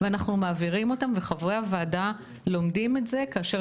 אנחנו מעבירים אותן וחברי הוועדה לומדים את זה כאשר